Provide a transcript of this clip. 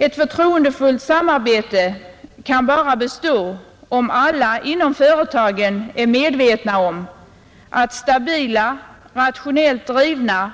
Ett förtroendefullt samarbete kan bara bestå om alla inom företaget är medvetna om att stabila, rationellt drivna